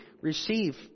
receive